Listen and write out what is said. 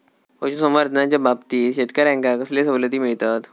पशुसंवर्धनाच्याबाबतीत शेतकऱ्यांका कसले सवलती मिळतत?